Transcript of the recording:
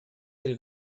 del